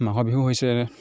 মাঘৰ বিহু হৈছে